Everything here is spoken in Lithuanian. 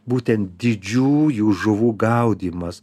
būtent didžiųjų žuvų gaudymas